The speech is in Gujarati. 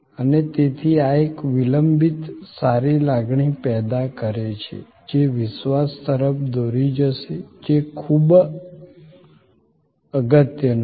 અને તેથી આ એક વિલંબિત સારી લાગણી પેદા કરે છે જે વિશ્વાસ તરફ દોરી જશે જે ખૂબ અગત્યનું છે